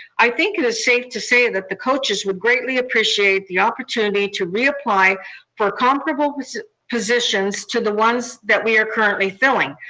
i think it is safe to say that the coaches would greatly appreciate the opportunity to reapply for compatible positions to the ones that we are currently filling.